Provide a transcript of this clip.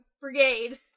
brigade